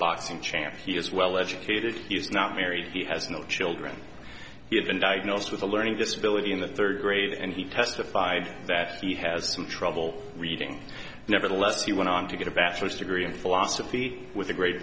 boxing champ he is well educated he's not married he has no children he had been diagnosed with a learning disability in the third grade and he testified that he has some trouble reading nevertheless he went on to get a bachelor's degree in philosophy with a grade